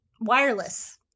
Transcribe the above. wireless